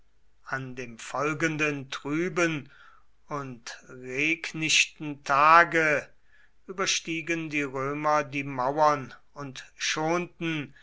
an dem folgenden trüben und regnichten tage überstiegen die römer die mauern und schonten